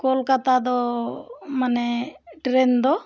ᱠᱳᱞᱠᱟᱛᱟ ᱫᱚ ᱢᱟᱱᱮ ᱴᱨᱮᱹᱱ ᱫᱚ